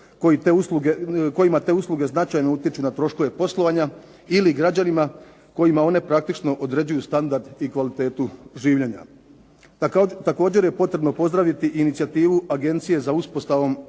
kojima te usluge značajno utječu na troškove poslovanja ili građanima kojima one praktično određuju standard i kvalitetu življenja. Također je potrebno pozdraviti inicijativu agencije za uspostavom